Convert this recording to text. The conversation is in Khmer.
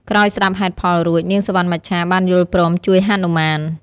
ក្រោយស្តាប់ហេតុផលរួច នាងសុវណ្ណមច្ឆាបានយល់ព្រមជួយហនុមាន។